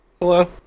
hello